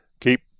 keep